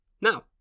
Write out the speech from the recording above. Now